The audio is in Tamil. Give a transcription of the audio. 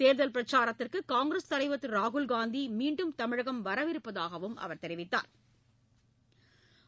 தேர்தல் பிரச்சாரத்திற்கு காங்கிரஸ் தலைவர் திரு ராகுல் காந்தி மீண்டும் தமிழகம் வரவிருப்பதாகவும் அவர் தெரிவித்தாா்